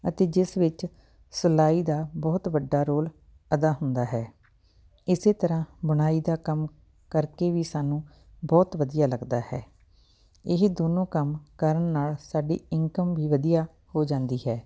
ਅਤੇ ਜਿਸ ਵਿੱਚ ਸਿਲਾਈ ਦਾ ਬਹੁਤ ਵੱਡਾ ਰੋਲ ਅਦਾ ਹੁੰਦਾ ਹੈ ਇਸੇ ਤਰ੍ਹਾਂ ਬੁਣਾਈ ਦਾ ਕੰਮ ਕਰਕੇ ਵੀ ਸਾਨੂੰ ਬਹੁਤ ਵਧੀਆ ਲੱਗਦਾ ਹੈ ਇਹ ਦੋਨੋਂ ਕੰਮ ਕਰਨ ਨਾਲ ਸਾਡੀ ਇਨਕਮ ਵੀ ਵਧੀਆ ਹੋ ਜਾਂਦੀ ਹੈ